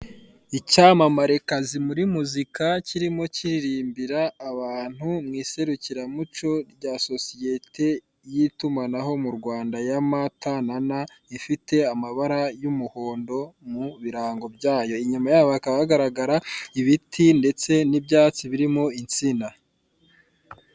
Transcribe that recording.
Icyamamarekazi mu rwanda kirimo kiririmbira abantu mu iserukiramuco rya sosiyete y'itumanaho mu rwanda ya ma ta na na, ifite amabara y'umuhondo mu birango byayo inyuma yayo hakaba hagaragara ibiti ndetse n'ibyatsi birimo insina.